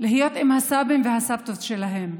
להיות עם הסבים והסבתות שלהם.